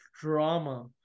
Drama